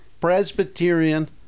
Presbyterian